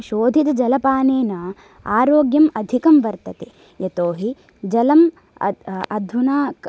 शोधितजलपानेन आरोग्यम् अधिकं वर्तते यतोहि जलम् अधुना